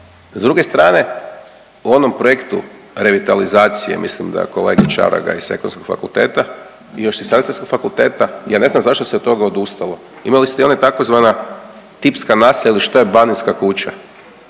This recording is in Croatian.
S druge strane u onom projektu revitalizacije, mislim da je kolega Čaragaj s Ekonomskog fakulteta još iz … fakulteta ja ne znam zašto se od toga odustalo. Imali ste i ona tzv. tipska naselja ili što je banijska kuća